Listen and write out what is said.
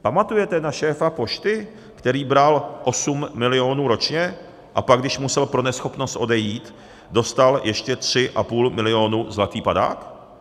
Pamatujete na šéfa pošty, který bral 8 milionů ročně a pak, když musel pro neschopnost odejít, dostal ještě 3,5 milionu zlatý padák?